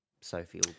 Sophie